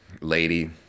lady